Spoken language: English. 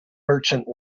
merchant